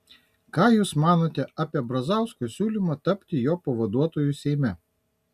ką jūs manote apie brazausko siūlymą tapti jo pavaduotoju seime